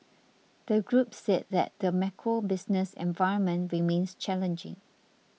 the group said that the macro business environment remains challenging